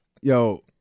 Yo